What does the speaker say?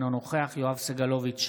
אינו נוכח יואב סגלוביץ'